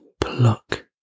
pluck